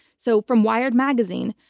so from wired magazine,